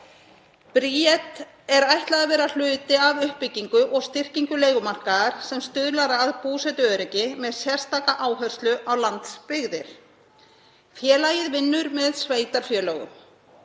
Bríeti er ætlað að vera hluti af uppbyggingu og styrkingu leigumarkaðar sem stuðlar að búsetuöryggi með sérstakri áherslu á landsbyggðina. Félagið vinnur með sveitarfélögum